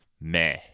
Meh